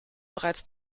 bereits